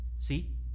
See